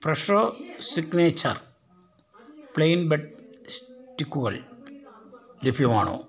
Fresho signature plain ബെഡ്സ് സ്റ്റിക്കുകൾ ലഭ്യമാണോ